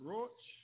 Roach